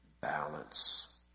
balance